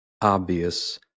obvious